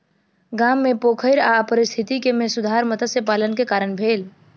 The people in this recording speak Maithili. गाम मे पोखैर आ पारिस्थितिकी मे सुधार मत्स्य पालन के कारण भेल